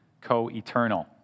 co-eternal